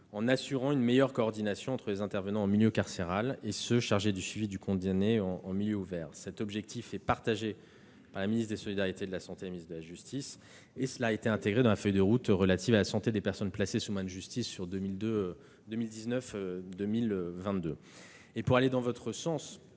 d'assurer une meilleure coordination entre les intervenants en milieu carcéral et ceux qui sont chargés du suivi du condamné en milieu ouvert. Cet objectif est partagé par la ministre des solidarités et de la santé et la ministre de la justice. Il figure dans la feuille de route 2019-2022 pour la santé des personnes placées sous main de justice. Pour aller dans votre sens